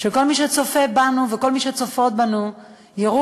שכל מי שצופה בנו וכל מי שצופות בנו יראו